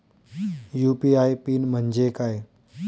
UPI pin म्हणजे काय?